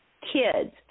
kids